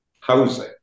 Housing